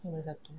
nombor satu